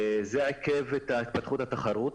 זה עיכב את התפתחות התחרות,